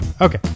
Okay